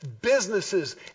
businesses